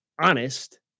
honest